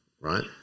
right